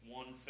one